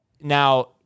Now